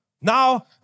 Now